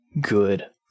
good